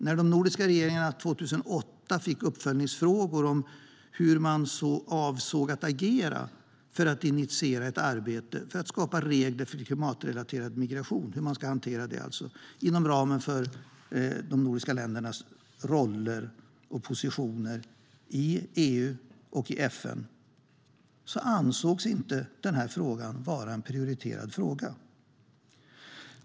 När de nordiska regeringarna 2008 fick uppföljningsfrågor om hur de avsåg att agera för att initiera ett arbete för att skapa regler för klimatrelaterad migration - alltså hur de skulle hantera detta - inom ramen för de nordiska ländernas roller och positioner i EU och FN ansågs detta inte vara en prioriterad fråga.